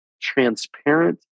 transparent